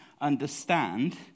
understand